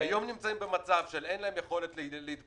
נמצאים היום במצב שבו אין להם יכולת להתפרנס,